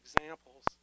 examples